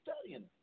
studying